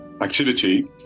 activity